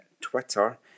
Twitter